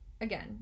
Again